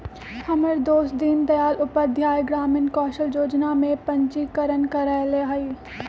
हमर दोस दीनदयाल उपाध्याय ग्रामीण कौशल जोजना में पंजीकरण करएले हइ